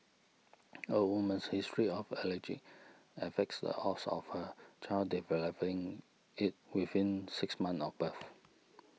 a woman's history of allergy affects the odds of her child developing it within six months of birth